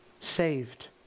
Saved